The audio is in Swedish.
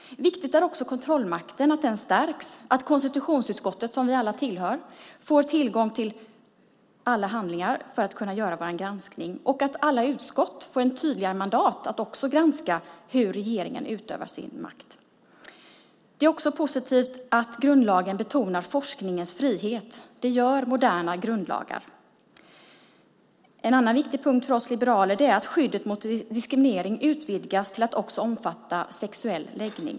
Viktigt är också att kontrollmakten stärks, att konstitutionsutskottet får tillgång till alla handlingar för att kunna göra sin granskning och att alla utskott får ett tydligare mandat att också granska hur regeringen utövar sin makt. Det är också positivt att grundlagen betonar forskningens frihet. Det gör moderna grundlagar. En annan viktig punkt för oss liberaler är att skyddet mot diskriminering utvidgas till att också omfatta sexuell läggning.